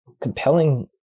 compelling